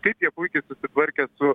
kaip jie puikiai susitvarkė su